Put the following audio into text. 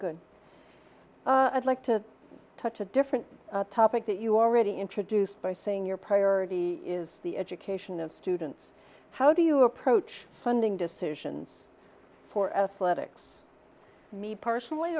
good i'd like to touch a different topic that you already introduced by saying your priority is the education of students how do you approach funding decisions for flood ix me personally